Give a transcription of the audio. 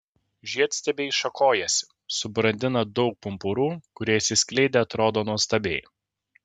žiedstiebiai šakojasi subrandina daug pumpurų kurie išsiskleidę atrodo nuostabiai